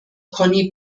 conny